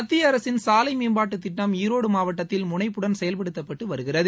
மத்திய அரசின் சாலை மேம்பாட்டுத் திட்டம் ஈரோடு மாவட்டத்தில் முனைப்புடன் செயல்படுத்தப்பட்டு வருகிறது